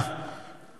אפשר להגיד,